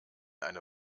eine